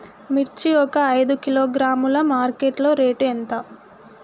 మిర్చి ఒక ఐదు కిలోగ్రాముల మార్కెట్ లో రేటు ఎంత?